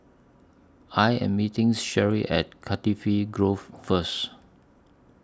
I Am meeting Sherry At Cardifi E Grove First